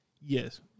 Yes